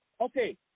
okay